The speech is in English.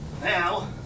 Now